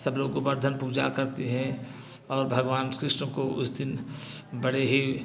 सब लोग गोबर्धन पूजा करते हैं और भगवान कृष्ण को उस दिन बड़े ही